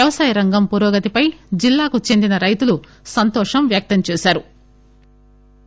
వ్యవసాయ రంగం పురోగతిపై జిల్లాకు చెందిన రైతులు సంతోషం వ్యక్తం చేశారు